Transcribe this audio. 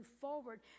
forward